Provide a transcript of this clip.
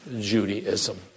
Judaism